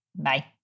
Bye